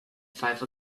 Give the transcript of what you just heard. five